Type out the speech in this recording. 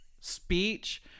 speech